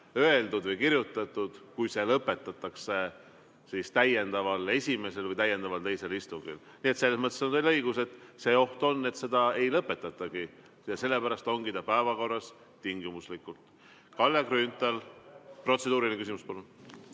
kirja pandud, kui see lõpetatakse täiendaval esimesel või täiendaval teisel istungil. Nii et selles mõttes on teil õigus – oht on, et seda ei lõpetatagi, ja sellepärast ongi ta päevakorras tingimuslikult. Kalle Grünthal, protseduuriline küsimus,